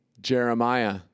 Jeremiah